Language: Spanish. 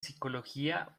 psicología